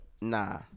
Nah